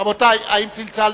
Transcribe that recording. רבותי, האם צלצלנו?